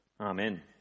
amen